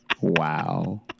Wow